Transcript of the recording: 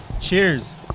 cheers